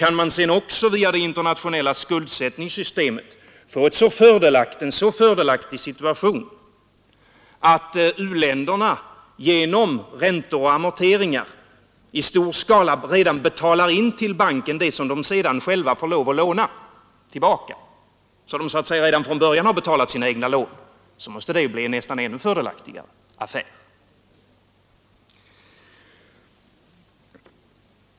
Kan man sedan också via det internationella skuldsystemet få en så fördelaktig situation, att u-länderna genom räntor och amorteringar i stor skala redan betalar in till banken det som de sedan får lov att låna tillbaka — så att de så att säga redan från början har betalat sina egna lån — måste det ju bli en nästan ännu fördelaktigare affär.